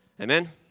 Amen